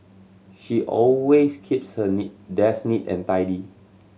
she always keeps her neat desk neat and tidy